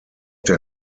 der